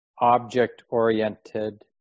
object-oriented